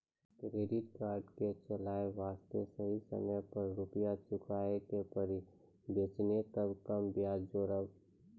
Credit card के चले वास्ते सही समय पर रुपिया चुके के पड़ी बेंच ने ताब कम ब्याज जोरब?